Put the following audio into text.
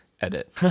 edit